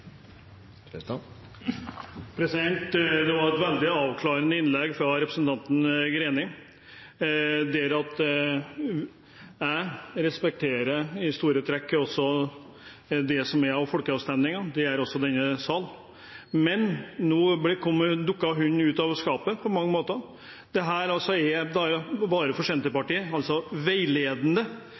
minutt. Det var et veldig avklarende innlegg fra representanten Greni. Jeg respekterer i store trekk det som er av folkeavstemninger, det gjør også denne sal, men nå dukket hun ut av skapet på mange måter. De er for Senterpartiet bare veiledende. Når det virkelige lokaldemokratiet berører grendene, vil altså